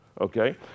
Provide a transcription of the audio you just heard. Okay